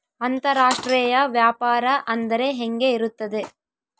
ಅಂತರಾಷ್ಟ್ರೇಯ ವ್ಯಾಪಾರ ಅಂದರೆ ಹೆಂಗೆ ಇರುತ್ತದೆ?